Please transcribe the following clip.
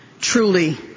Truly